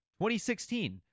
2016